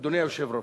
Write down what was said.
אדוני היושב-ראש,